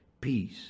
peace